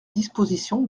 dispositions